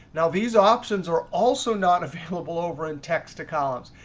now these options are also not available over in text to columns.